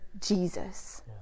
Jesus